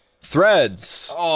Threads